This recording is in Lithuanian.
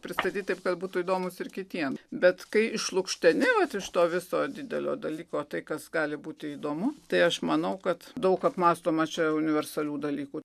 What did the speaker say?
pristatyti taip kad būtų įdomūs ir kitiem bet kai išlukšteni vat iš to viso didelio dalyko tai kas gali būti įdomu tai aš manau kad daug apmąstoma čia universalių dalykų